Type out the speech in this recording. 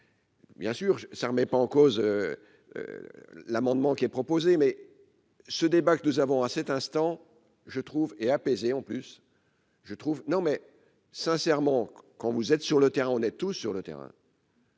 Bien sûr, ça remet pas en cause l'amendement qui est proposé, mais ce débat que nous avons à cet instant, je trouve et apaiser en plus je trouve non mais sincèrement, quand vous êtes sur le terrain, on est tous sur le terrain.